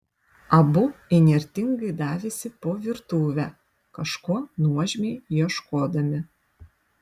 abu įnirtingai davėsi po virtuvę kažko nuožmiai ieškodami